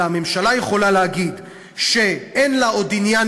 אלא הממשלה יכולה להגיד שאין לה עוד עניין